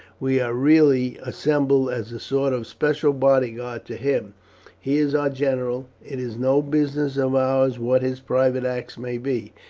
we are really assembled as a sort of special bodyguard to him he is our general. it is no business of ours what his private acts may be.